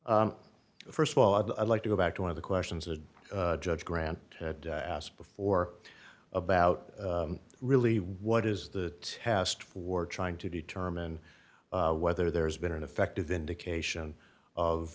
left first of all i'd like to go back to one of the questions that judge grant asked before about really what is the past for trying to determine whether there's been an effective indication of